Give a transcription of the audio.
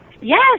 Yes